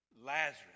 Lazarus